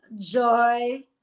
joy